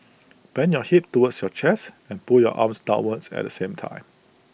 bend your hip towards your chest and pull your arms downwards at the same time